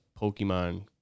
Pokemon